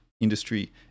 industry